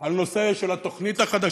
על נושא התוכנית החדשה,